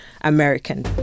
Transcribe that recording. American